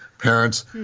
Parents